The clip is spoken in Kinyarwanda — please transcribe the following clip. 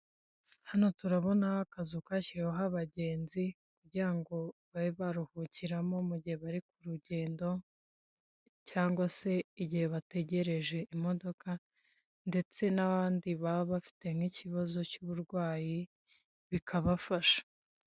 Hano turabona akazu kashyiriweho abagenzi kugira ngo babe baruhukiramo mu gihe bari ku rugendo cyangwa se igihe bategereje imodoka ndetse n'abandi baba bafite nk'ikibazo cy'uburwayi bikabafasha.